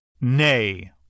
Nay